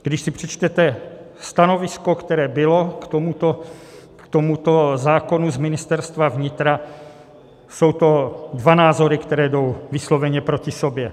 Když si přečtete stanovisko, které bylo k tomuto zákonu z Ministerstva vnitra, jsou to dva názory, které jsou vysloveně proti sobě.